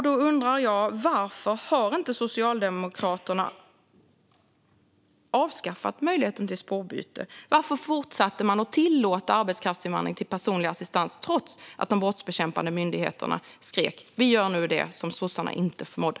Då undrar jag: Varför har Socialdemokraterna inte avskaffat möjligheten till spårbyte? Varför fortsatte man att tillåta arbetskraftsinvandring till personlig assistans trots att de brottsbekämpande myndigheterna skrek? Vi gör nu det som sossarna inte förmådde.